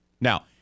Now